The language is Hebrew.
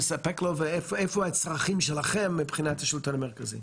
נחשף לסיכונים מיוחדים לעומת ילד בעכו,